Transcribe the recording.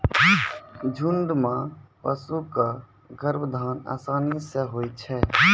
झुंड म पशु क गर्भाधान आसानी सें होय छै